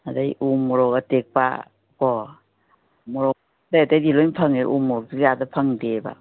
ꯑꯗꯩ ꯎ ꯃꯣꯔꯣꯛ ꯑꯇꯦꯛꯄ ꯀꯣ ꯃꯣꯔꯣꯛ ꯑꯇꯩ ꯑꯇꯩꯗꯤ ꯂꯣꯏ ꯐꯪꯉꯦ ꯎꯃꯣꯔꯣꯛꯇꯤ ꯑꯥꯗ ꯐꯪꯗꯦꯕ